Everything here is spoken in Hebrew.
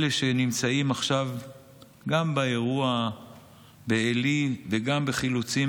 אלה שנמצאים עכשיו גם באירוע בעלי וגם בחילוצים